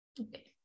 Okay